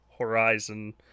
Horizon